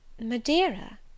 Madeira